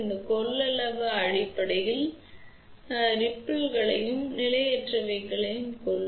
இந்த கொள்ளளவு அடிப்படையில் சிற்றலைகளையும் நிலையற்றவர்களையும் கொல்லும்